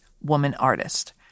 woman-artist